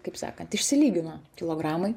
kaip sakant išsilygino kilogramai